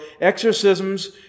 exorcisms